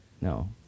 no